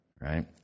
right